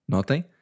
Notem